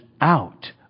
out